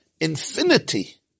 infinity